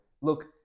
Look